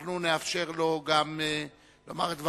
אנחנו נאפשר לו גם לומר את דבריו,